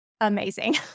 Amazing